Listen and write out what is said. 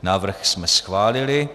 Návrh jsme schválili.